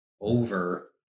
over